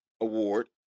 Award